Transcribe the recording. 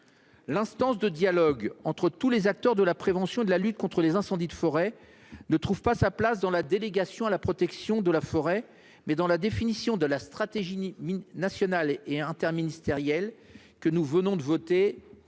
L'instance de dialogue entre tous les acteurs de la prévention et de la lutte contre les incendies de forêt trouve sa place non pas dans la délégation à la protection de la forêt, mais dans la définition de la stratégie nationale et interministérielle que nous venons de voter à l'article